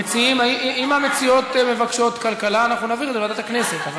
אם המציעות מבקשות כלכלה, נעביר לוועדת הכנסת.